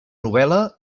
novel·la